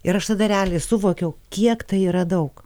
ir aš tada realiai suvokiau kiek tai yra daug